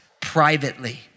privately